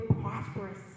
prosperous